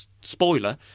spoiler